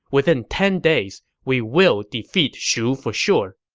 within ten days, we will defeat shu for sure.